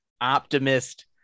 optimist